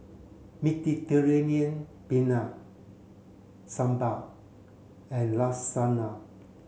Mediterranean Penne Sambar and Lasagna